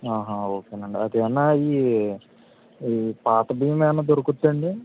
okay అండి అది ఏమన్న ఇవి ఈ పాత బియ్యం ఏమన్న దొరుకుద్ది అండి